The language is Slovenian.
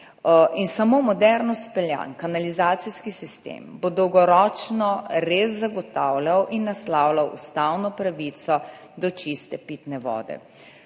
Samo moderno speljan kanalizacijski sistem bo dolgoročno res zagotavljal in naslavljal ustavno pravico do čiste pitne vode.